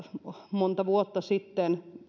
monta vuotta sitten